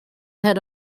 head